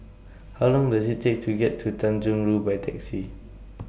How Long Does IT Take to get to Tanjong Rhu By Taxi